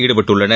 ஈடுபட்டுள்ளனர்